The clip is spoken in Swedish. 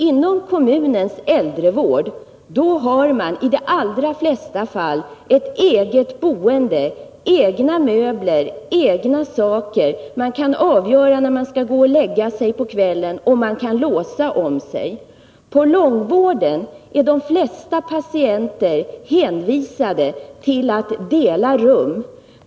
Inom kommunens äldrevård har man i de allra flesta fall ett eget boende — egna möbler, egna saker, man kan avgöra när man skall gå och lägga sig på kvällen, och man kan låsa om sig. På långvården är de flesta patienter hänvisade till att dela rum.